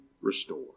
restore